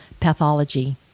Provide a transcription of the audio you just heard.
pathology